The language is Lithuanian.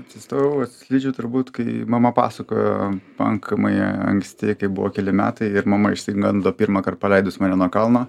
atsistojau ant slidžių turbūt kai mama pasakojo pankamai anksti kai buvo keli metai ir mama išsigando pirmąkart paleidus mane nuo kalno